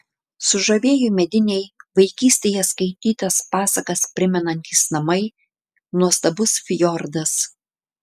sužavėjo mediniai vaikystėje skaitytas pasakas primenantys namai nuostabus fjordas